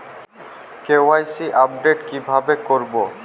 KYC update কিভাবে করবো?